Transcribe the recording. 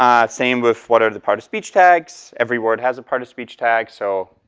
um same with what are the part of speech tags. every word has a part of speech tag, so,